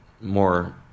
more